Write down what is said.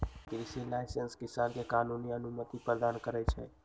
कृषि लाइसेंस किसान के कानूनी अनुमति प्रदान करै छै